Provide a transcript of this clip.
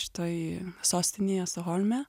šitoj sostinėje stokholme